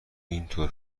اینطور